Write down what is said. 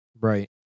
Right